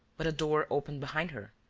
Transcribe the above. but a door opened behind her.